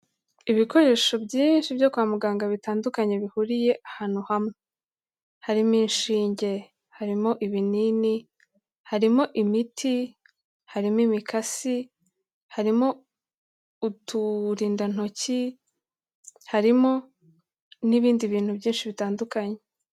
Ibikoresho byinshi byo kwa muganga bitandukanye bihuriye ahantu hamwe, harimo inshinge, harimo ibinini, harimo imiti, harimo imikasi, harimo uturindantoki, harimo n'ibindi bintu byinshi bitandukanye.